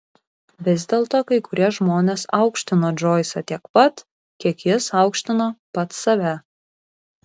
vis dėlto kai kurie žmonės aukštino džoisą tiek pat kiek jis aukštino pats save